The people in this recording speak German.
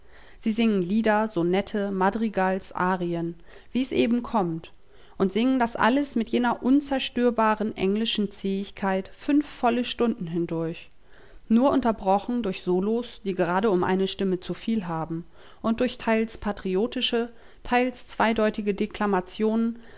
sie singen lieder sonette madrigals arien wie's eben kommt und singen das alles mit jener unzerstörbaren englischen zähigkeit fünf volle stunden hindurch nur unterbrochen durch solos die gerade um eine stimme zu viel haben und durch teils patriotische teils zweideutige deklamationen